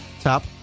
top